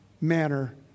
manner